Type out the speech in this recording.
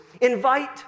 invite